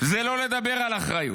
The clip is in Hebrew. זה לא לדבר על אחריות,